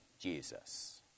Jesus